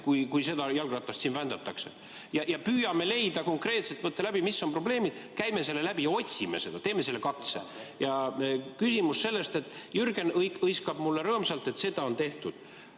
kui seda jalgratast siin vändatakse. Püüame leida konkreetselt, mis on probleemid, käime selle läbi, otsime seda, teeme selle katse. Jürgen siin hõiskab mulle rõõmsalt, et seda on tehtud.